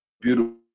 beautiful